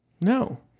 No